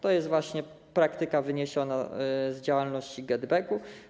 To jest właśnie praktyka wyniesiona z działalności GetBack.